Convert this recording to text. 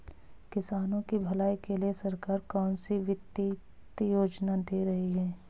किसानों की भलाई के लिए सरकार कौनसी वित्तीय योजना दे रही है?